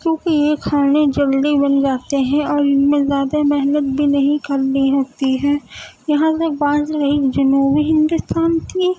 کیونکہ یہ کھانے جلدی بن جاتے ہیں اور ان میں زیادہ محنت بھی نہیں کرنی ہوتی ہے جہاں تک بات رہی جنوبی ہندوستان کی